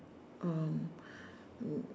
um